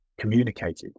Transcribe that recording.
communicated